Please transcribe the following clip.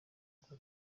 kuko